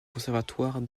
conservatoire